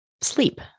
sleep